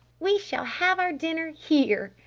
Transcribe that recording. we shall have our dinner here,